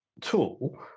tool